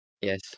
Yes